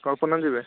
କଳ୍ପନା ଯିବେ